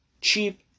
Cheap